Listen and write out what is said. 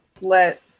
let